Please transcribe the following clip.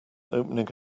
opening